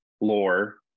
lore